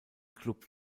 klub